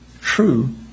true